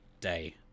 day